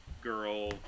girl